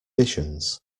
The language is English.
visions